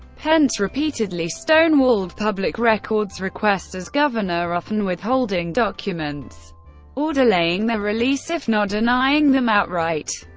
pence repeatedly stonewalled public records requests as governor, often withholding documents or delaying their release if not denying them outright.